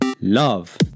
Love